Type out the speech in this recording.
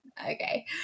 Okay